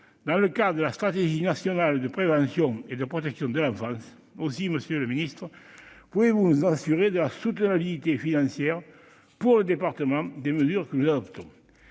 dans le cadre de la stratégie nationale de prévention et de protection de l'enfance. Aussi, monsieur le secrétaire d'État, pouvez-vous nous assurer de la soutenabilité financière, pour les départements, des mesures que nous adoptons ?